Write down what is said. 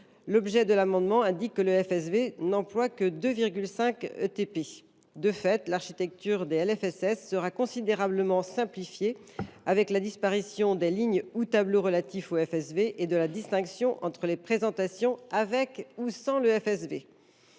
L’objet de l’amendement indique que le FSV n’emploie que 2,5 équivalents temps plein (ETP). De fait, l’architecture des LFSS sera considérablement simplifiée avec la disparition des lignes ou tableaux relatifs au FSV et celle de la distinction entre présentations avec ou sans FSV.